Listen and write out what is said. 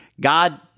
God